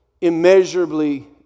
immeasurably